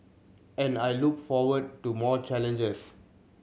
and I look forward to more challenges